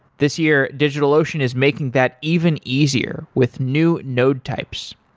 this year, digitalocean is making that even easier with new node types.